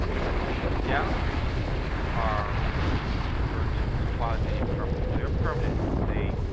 and these galleries are what we refer to as quasi-permanent. they're permanent but they,